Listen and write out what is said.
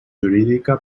jurídica